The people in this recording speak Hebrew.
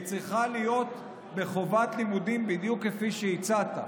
היא צריכה להיות בחובת לימודים בדיוק כפי שהצעת.